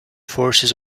forces